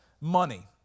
money